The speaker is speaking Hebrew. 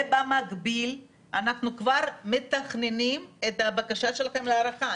ובמקביל אנחנו כבר מתכננים את הבקשה שלכם להארכה.